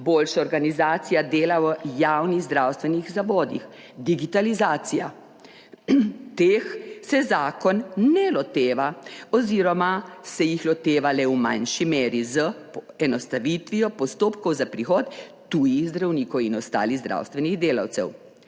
boljša organizacija dela v javnih zdravstvenih zavodih, digitalizacija, teh se zakon ne loteva oz. se jih loteva le v manjši meri s poenostavitvijo postopkov za prihod tujih zdravnikov in ostalih zdravstvenih delavcev.